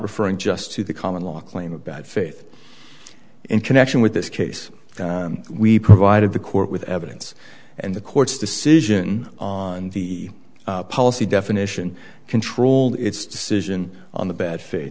referring just to the common law claim of bad faith in connection with this case we provided the court with evidence and the court's decision on the policy definition controlled its decision on the bad fa